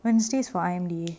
wednesday's for I_M_D_A